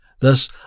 Thus